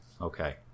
okay